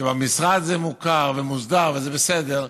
שבמשרד זה מוכר ומוסדר וזה בסדר,